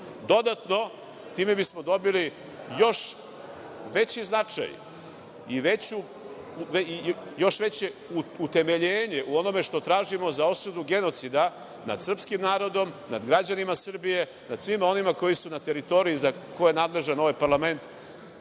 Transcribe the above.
Srbije. Dodatno, time bismo dobili još veći značaj i još veće utemeljenje u onome što tražimo za osudu genocida nad srpskim narodom, nad građanima Srbije, nad svima onima koji su na teritoriji za koje je nadležan ovaj parlament,